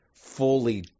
fully